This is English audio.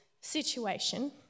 situation